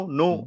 no